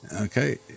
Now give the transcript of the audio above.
Okay